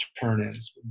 turn-ins